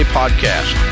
podcast